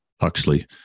Huxley